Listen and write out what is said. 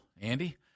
Andy